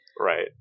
Right